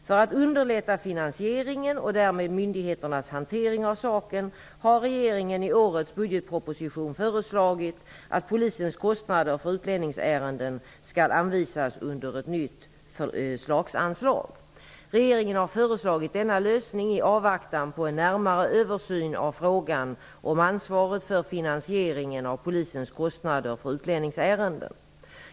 För att underlätta finansieringen och därmed myndigheternas hantering av saken har regeringen i årets budgetproposition föreslagit att polisens kostnader för utlänningsärenden skall anvisas under ett nytt förslagsanslag. Regeringen har föreslagit denna lösning i avvaktan på en närmare översyn av frågan om ansvaret för finansieringen av polisens kostnader för utlänningsärenden.